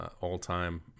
all-time